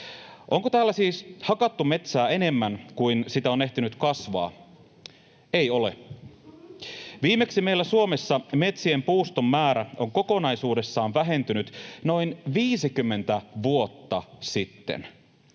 Onko täällä siis hakattu metsää enemmän kuin sitä on ehtinyt kasvaa? Ei ole. Viimeksi meillä Suomessa metsien puuston määrä on kokonaisuudessaan vähentynyt noin 50 vuotta sitten.